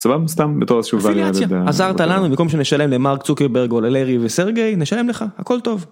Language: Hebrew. סבבה, סתם, בתור איזשהו... עזרת לנו. במקום שנשלם למרק צוקרברג או ללארי וסרגי, נשלם לך, הכל טוב.